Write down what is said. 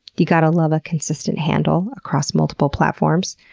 you gotta love a consistent handle across multiple platforms!